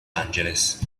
angeles